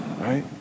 right